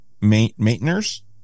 maintainers